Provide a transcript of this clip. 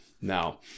now